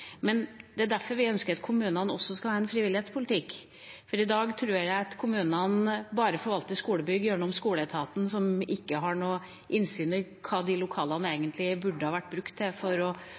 Det er derfor vi ønsker at kommunene også skal ha en frivillighetspolitikk, for i dag tror jeg kommunene bare forvalter skolebygg gjennom skoleetaten, som ikke har noe innsyn i hva de lokalene egentlig kunne vært brukt til